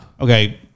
Okay